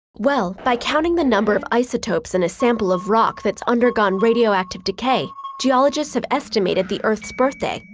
well, by counting the number of isotopes in a sample of rock that's undergone radioactive decay, geologists have estimated the earth's birthday,